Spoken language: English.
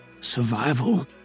survival